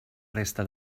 resta